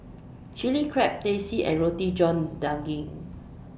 Chilli Crab Teh C and Roti John Daging